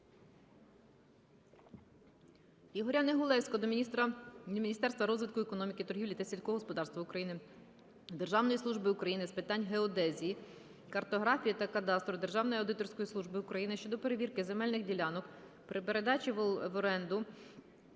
Ігоря Негулевського до Міністерства розвитку економіки, торгівлі та сільського господарства України, Державної служби України з питань геодезії, картографії та кадастру, Державної аудиторської служби України щодо перевірки земельних ділянок при передачі в оренду